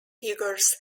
figures